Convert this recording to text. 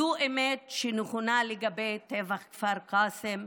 זו אמת שנכונה לגבי טבח כפר קאסם,